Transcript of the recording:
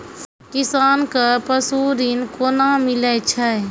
किसान कऽ पसु ऋण कोना मिलै छै?